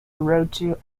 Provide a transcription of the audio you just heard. wrote